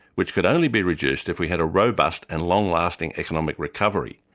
which could only be reduced if we had a robust and long-lasting economic recovery.